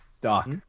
Doc